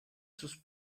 sus